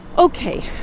ok,